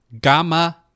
Gamma